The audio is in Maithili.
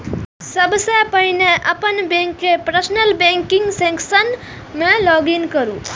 सबसं पहिने अपन बैंकक पर्सनल बैंकिंग सेक्शन मे लॉग इन करू